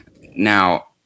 Now